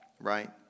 right